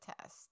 test